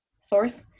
source